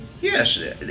Yes